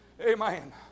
Amen